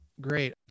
great